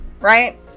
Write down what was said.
right